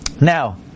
Now